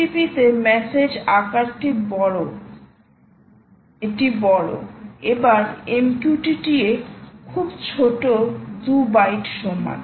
HTTP তে message আকারটি বড় এটি বড় এবার MQTT এ খুব ছোট 2 বাইট সমান